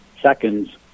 seconds